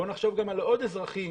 בואו נחשוב גם על עוד אזרחים,